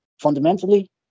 Fundamentally